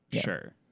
Sure